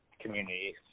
community